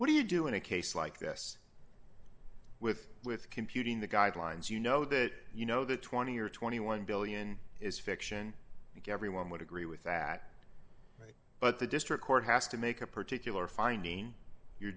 what do you do in a case like this with with computing the guidelines you know that you know the twenty or twenty one billion is fiction because everyone would agree with that but the district court has to make a particular finding you're